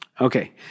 Okay